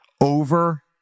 over